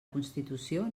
constitució